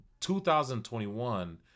2021